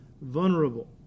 vulnerable